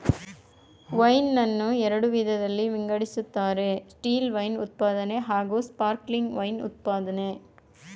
wine ನನ್ನ ಎರಡು ವಿಧದಲ್ಲಿ ವಿಂಗಡಿಸ್ತಾರೆ ಸ್ಟಿಲ್ವೈನ್ ಉತ್ಪಾದನೆ ಹಾಗೂಸ್ಪಾರ್ಕ್ಲಿಂಗ್ ವೈನ್ ಉತ್ಪಾದ್ನೆ